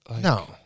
No